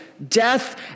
Death